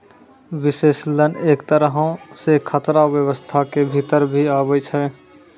विश्लेषण एक तरहो से खतरा व्यवस्था के भीतर भी आबै छै